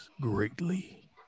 greatly